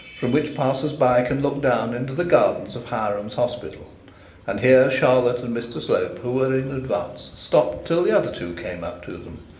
from which passers-by can look down into the gardens of hiram's hospital and her charlotte and mr slope, who were in advance, stopped till the other two came up to them.